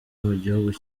mugihugu